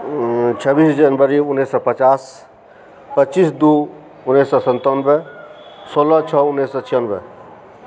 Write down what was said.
छब्बीस जनवरी उन्नैस सए पचास पच्चीस दू उन्नैस सए सन्तानबे सोलह छओ उन्नैस सए छिआनबे